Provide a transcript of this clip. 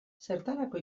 zertarako